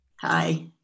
Hi